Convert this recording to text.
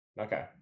Okay